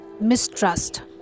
mistrust